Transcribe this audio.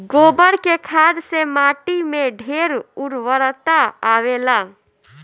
गोबर के खाद से माटी में ढेर उर्वरता आवेला